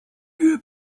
you